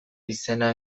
izena